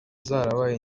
zarabaye